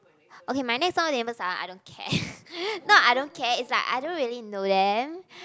okay my next door neighbours ah I don't care not I don't care is like I don't really know them